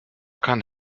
kann